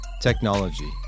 technology